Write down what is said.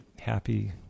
happy